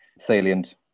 salient